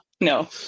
no